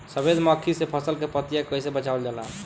सफेद मक्खी से फसल के पतिया के कइसे बचावल जाला?